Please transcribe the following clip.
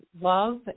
love